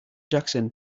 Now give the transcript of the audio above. jackson